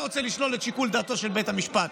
רוצה לשלול את שיקול דעתו של בית המשפט.